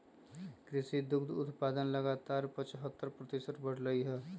कृषि दुग्ध उत्पादन लगभग पचहत्तर प्रतिशत बढ़ लय है